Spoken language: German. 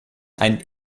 einen